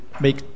make